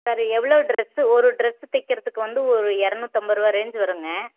sir எவ்வளோ dress ஒரு dress தைக்கிறதுக்கு வந்து ஒரு இரநூற்றம்பது ரூபா ரேஞ்ச் வரும்ங்க